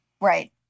Right